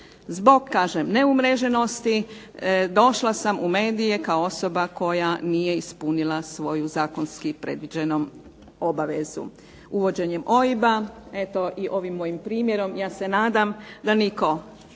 kažem neumreženosti došla sam u medije kao osoba koja nije ispunila svoju zakonski predviđenu obavezu. Uvođenjem OIB-a eto i ovom mojim primjerom ja se nadam da nitko